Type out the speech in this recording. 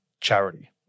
charity